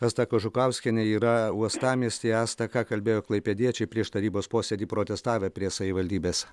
asta kažukauskienė yra uostamiestyje asta ką kalbėjo klaipėdiečiai prieš tarybos posėdį protestavę prie savivaldybės